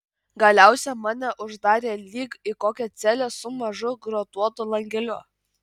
galiausiai mane uždarė lyg į kokią celę su mažu grotuotu langeliu